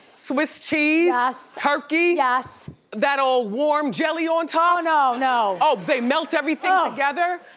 swiss cheese. yes. turkey. yes. that old warm jelly on top. oh no, no. oh, they melt everything together.